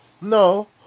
No